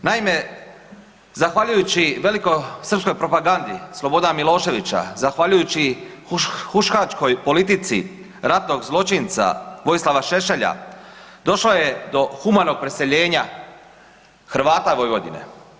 Naime, zahvaljujući velikosrpskoj propagandi Slobodana Miloševića, zahvaljujući huškačkoj politici ratnog zločinca Vojislava Šešelja, došlo je do humanog preseljenja Hrvata Vojvodine.